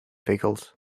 pickles